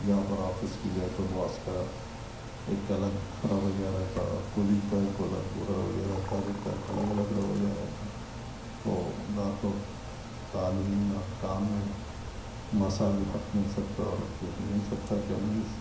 جہاں پر آفس کو گیا تو باس کا ایک الگ رویہ رہتا کلیگ کا ایک الگ رویہ رہتا ہر ایک کا ایک الگ الگ رویہ رہتا تو نہ تو تعلیم نہ کام میں مساوی حق مل سکتا عورت کو مل سکتا کیا مل